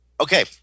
Okay